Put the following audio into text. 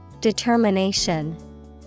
Determination